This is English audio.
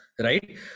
right